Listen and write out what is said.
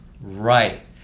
Right